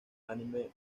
anime